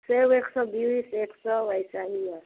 save एक सौ बीस एक सौ ऐसा ही है